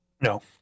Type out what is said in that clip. No